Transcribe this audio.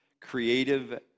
creative